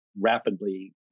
rapidly